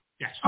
Yes